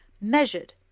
measured